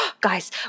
guys